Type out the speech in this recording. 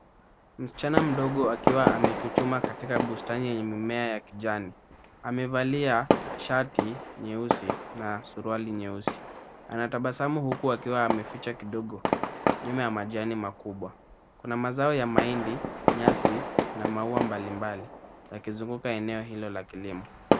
Mschana mdogo akiwa amechuchuma katika bustani enye mimea ya jana, amevalia shati nyeusi na suruali nyeusi, anatabasamu huku akiwa ameficha kidogo nyuma ya majani makubwa, Kuna mazao ya mahindi, nyasi, na maua mbalimbali yakizunguka eneo hilo la kilimo.